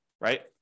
right